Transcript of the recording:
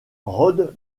rôde